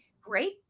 great